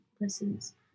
lessons